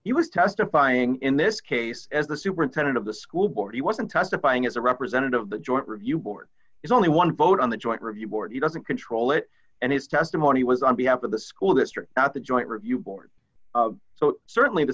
he was testifying in this case as the superintendent of the school board he wasn't testifying as a representative of the joint review board is only one vote on the joint review board he doesn't control it and his testimony was on behalf of the school district not the joint review board so certainly the